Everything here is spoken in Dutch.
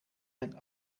een